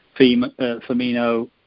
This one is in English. Firmino